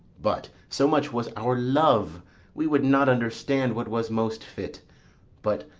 but so much was our love we would not understand what was most fit but,